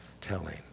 telling